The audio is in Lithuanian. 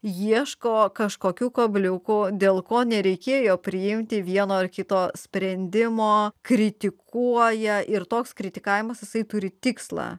ieško kažkokių kabliukų dėl ko nereikėjo priimti vieno ar kito sprendimo kritikuoja ir toks kritikavimas jisai turi tikslą